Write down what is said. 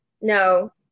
No